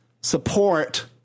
support